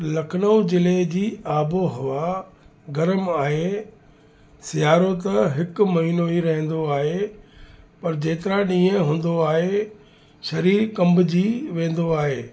लखनऊ ज़िले जी आबोहवा घर मां आहे सियारो त हिकु महीनो ई रहंदो आहे पर जेतिरा ॾींहुं हूंदो आहे सरीरु कंबिजी वेंदो आहे